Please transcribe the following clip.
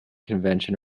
convention